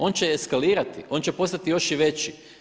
On će eskalirati, on će postati još i veći.